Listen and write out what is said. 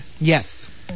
Yes